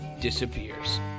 disappears